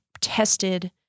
tested